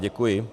Děkuji.